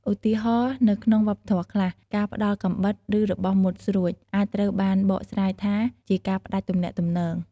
ឧទាហរណ៍ នៅក្នុងវប្បធម៌ខ្លះ ការផ្តល់កាំបិត ឬរបស់មុតស្រួច អាចត្រូវបានបកស្រាយថាជាការផ្តាច់ទំនាក់ទំនង។